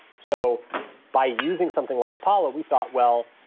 so by using something like apollo, we thought, well,